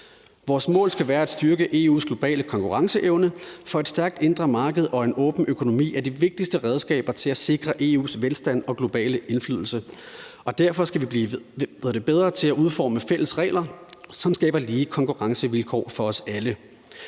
Vores mål skal være at styrke EU's globale konkurrenceevne, for et stærkt indre marked og en åben økonomi er de vigtigste redskaber til at sikre EU's velstand og globale indflydelse, og derfor skal vi blive bedre til at udforme fælles regler, som skaber lige konkurrencevilkår for os alle.